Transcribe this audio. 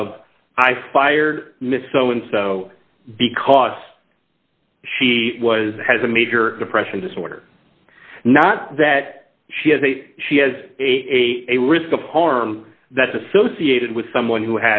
i fired miso and so because she was has a major depression disorder not that she has a she has a a risk of harm that's associated with someone who